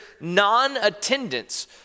non-attendance